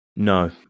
No